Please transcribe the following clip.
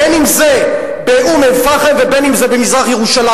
בין שזה באום-אל-פחם ובין שזה במזרח-ירושלים,